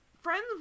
friends